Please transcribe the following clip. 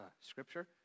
scripture